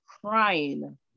crying